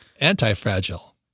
anti-fragile